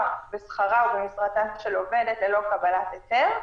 בשכרה או במשרתה של עובדת ללא קבלת היתר.